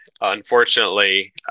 Unfortunately